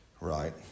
right